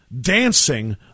dancing